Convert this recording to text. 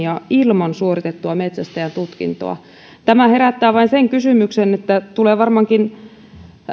ja piisameita ilman suoritettua metsästäjätutkintoa tämä herättää vain sen kysymyksen että tulee varmaankin